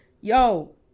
Yo